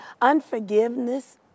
unforgiveness